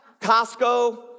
Costco